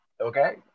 okay